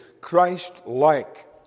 Christ-like